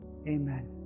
Amen